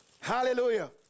Hallelujah